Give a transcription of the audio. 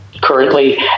currently